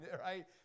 right